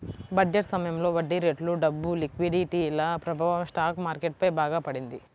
budget సమయంలో వడ్డీరేట్లు, డబ్బు లిక్విడిటీల ప్రభావం స్టాక్ మార్కెట్ పై బాగా పడింది